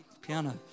piano